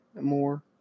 more